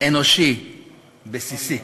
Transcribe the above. אנושי בסיסי.